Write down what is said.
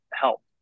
help